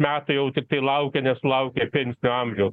metų jau tiktai laukia nesulaukia pensinio amžiaus